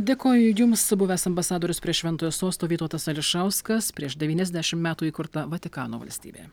dėkoju jums buvęs ambasadorius prie šventojo sosto vytautas ališauskas prieš devyniasdešim metų įkurta vatikano valstybė